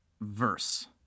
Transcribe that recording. verse